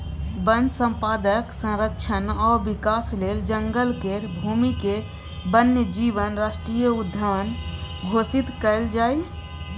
वन संपदाक संरक्षण आ विकास लेल जंगल केर भूमिकेँ वन्य जीव राष्ट्रीय उद्यान घोषित कएल जाए